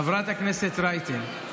חברת הכנסת רייטן,